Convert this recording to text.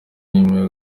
n’imwe